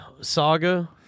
saga